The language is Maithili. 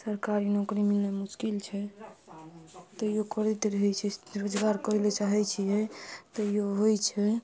सरकारी नौकरी मिलनाइ मुश्किल छै तैयो करैत रहै छै रोजगार करै लए चाहै छियै तैयो होइ छै